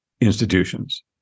institutions